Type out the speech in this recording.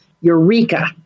Eureka